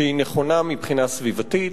שהיא נכונה מבחינה סביבתית,